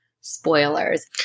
spoilers